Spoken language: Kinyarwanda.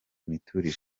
imiturire